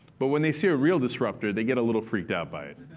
but when they see a real disruptor, they get a little freaked out by it.